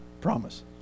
Promise